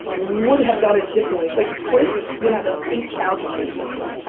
would have done it differently. like prince would have eight thousand more songs.